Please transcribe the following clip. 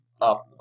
up